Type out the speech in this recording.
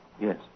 Yes